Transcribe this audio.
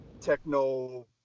Techno